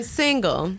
single